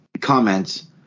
comments